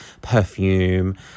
Perfume